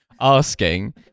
asking